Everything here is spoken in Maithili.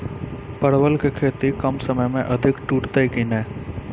परवल की खेती कम समय मे अधिक टूटते की ने?